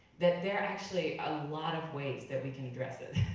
that there are actually a lot of ways that we can address it.